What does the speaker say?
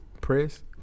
Press